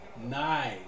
Nice